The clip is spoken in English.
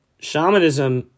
Shamanism